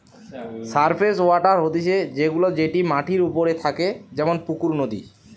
surface water হতিছে সে গুলা যেটি মাটির ওপরে থাকে যেমন পুকুর, নদী